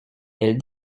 elle